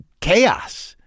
chaos